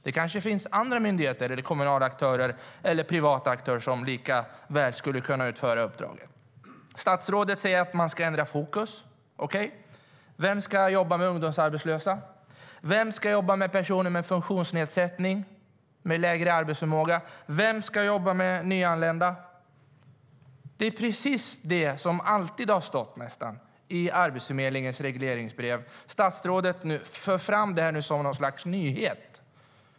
Det kanske finns andra myndigheter, kommunala aktörer eller privata aktörer som likaväl skulle kunna utföra uppdraget. Statsrådet säger att man ska ändra fokus. Okej! Vem ska jobba med ungdomsarbetslösa? Vem ska jobba med personer med funktionsnedsättning och med lägre arbetsförmåga? Vem ska jobba med nyanlända? Det är precis det som nästan alltid har stått i Arbetsförmedlingens regleringsbrev. Statsrådet för nu fram det som något slags nyhet.